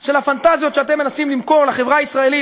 של הפנטזיות שאתם מנסים למכור לחברה הישראלית